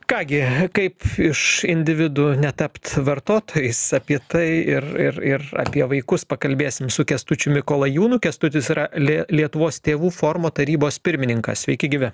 ką gi kaip iš individų netapt vartotojais apie tai ir ir ir apie vaikus pakalbėsim su kęstučiu mikolajūnu kęstutis yra lie lietuvos tėvų forumo tarybos pirmininkas sveiki gyvi